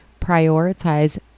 Prioritize